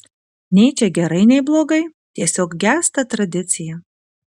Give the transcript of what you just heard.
nei čia gerai nei blogai tiesiog gęsta tradicija